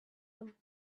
them